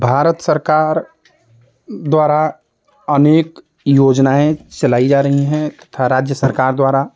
भारत सरकार द्वारा अनेक योजनाएँ चलाई जा रही हैं तथा राज्य सरकार द्वारा